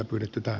olkaa hyvä